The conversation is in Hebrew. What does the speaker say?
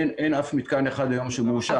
אין היום אף מתקן אחד שמאושר.